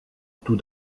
tout